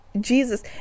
jesus